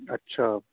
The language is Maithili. अच्छा